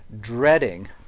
dreading